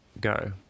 go